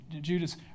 Judas